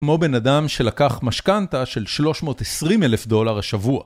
כמו בן אדם שלקח משכנתא של 320 אלף דולר השבוע.